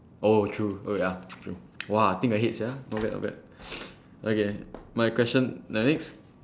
oh true oh ya true !wah! think ahead sia not bad not bad okay my question the next